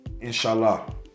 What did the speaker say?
Inshallah